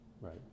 right